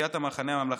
סיעת המחנה הממלכתי,